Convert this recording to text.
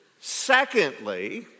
Secondly